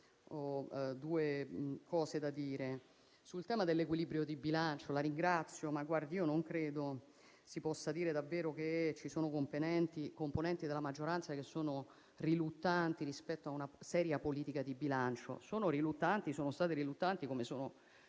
ho qualcosa da dire. Sul tema dell'equilibrio di bilancio la ringrazio, ma non credo che si possa dire davvero che ci sono componenti della maggioranza riluttanti rispetto a una seria politica di bilancio. Sono riluttanti, lo sono stati come sono